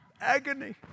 Agony